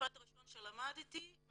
המשפט הראשון שלמדתי היה